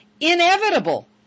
inevitable